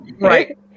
Right